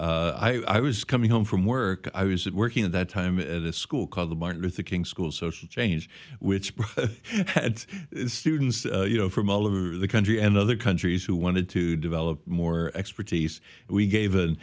i was coming home from work i was working at that time it a school called the martin luther king school social change which brought students from all over the country and other countries who wanted to develop more expertise and we gave